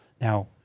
Now